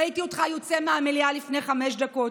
ראיתי אותך יוצא מהמליאה לפני חמש דקות.